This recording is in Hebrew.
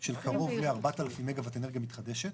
של קרוב ל-4,000 מגה וואט אנרגיה מתחדשת.